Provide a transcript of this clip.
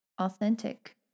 Authentic